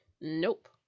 Nope